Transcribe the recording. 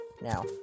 now